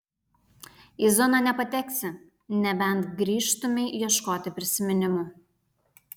į zoną nepateksi nebent grįžtumei ieškoti prisiminimų